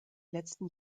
letzten